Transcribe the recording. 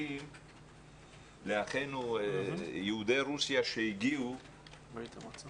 לאחינו יהודי רוסיה שהגיעו -- ברית המועצות.